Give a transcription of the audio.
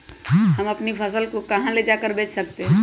हम अपनी फसल को कहां ले जाकर बेच सकते हैं?